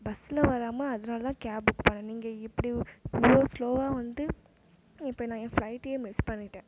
பஸ்ஸில் வராமல் அதனால் தான் கேப் புக் பண்ணேன் நீங்கள் இப்படி இவ்வளோ ஸ்லோவாக வந்து இப்போது நான் என் ஃபிளைட்டையே மிஸ் பண்ணிவிட்டேன்